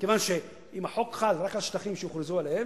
כיוון שאם החוק חל רק על שטחים שהוכרז עליהם,